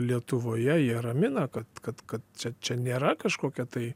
lietuvoje jie ramina kad kad kad čia čia nėra kažkokia tai